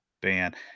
ban